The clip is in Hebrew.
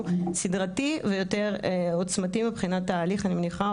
סדרתי ויותר עוצמתי מבחינת ההליך אני מניחה,